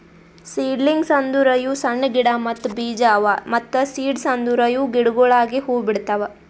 seedlings ಅಂದುರ್ ಇವು ಸಣ್ಣ ಗಿಡ ಮತ್ತ್ ಬೀಜ ಅವಾ ಮತ್ತ ಸೀಡ್ಸ್ ಅಂದುರ್ ಇವು ಗಿಡಗೊಳಾಗಿ ಹೂ ಬಿಡ್ತಾವ್